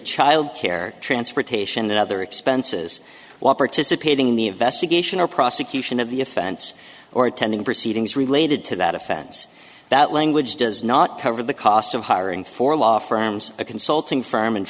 child care transportation and other expenses while participating in the investigation or prosecution of the offense or attending proceedings related to that offense that language does not cover the cost of hiring for law firms a consulting firm and